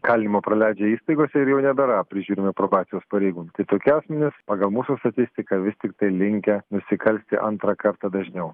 kalinimo praleidžia įstaigose ir jau nebėra prižiūrimi probacijos pareigūnų tai tokie asmenys pagal mūsų statistiką vis tiktai linkę nusikalsti antrą kartą dažniau